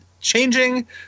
changing